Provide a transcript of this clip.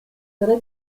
tre